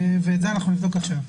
את זה נבדוק עכשיו.